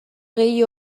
gehi